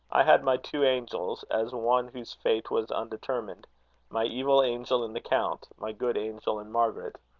i had my two angels, as one whose fate was undetermined my evil angel in the count my good angel in margaret.